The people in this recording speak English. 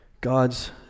God's